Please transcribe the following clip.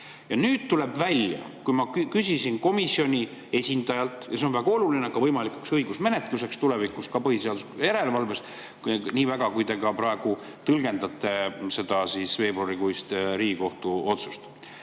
nüüd tuleb välja, kui ma küsisin komisjoni esindajalt … See on väga oluline ka võimaliku õigusmenetluse [seisukohast] tulevikus, ka põhiseaduslikkuse järelevalves, nii väga kui te praegu tõlgendate seda veebruarikuist Riigikohtu otsust.